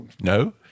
No